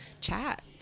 chat